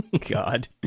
God